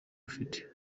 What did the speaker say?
rufite